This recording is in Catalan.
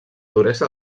duresa